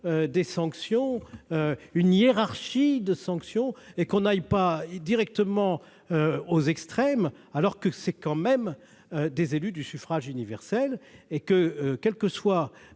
des sanctions, une hiérarchie de sanction et qu'on n'aille pas directement aux extrêmes, alors que c'est quand même des élus du suffrage universel et que, quelle que soit